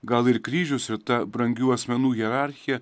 gal ir kryžius ir ta brangių asmenų hierarchija